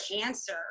cancer